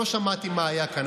אני לא שמעתי מה היה כאן,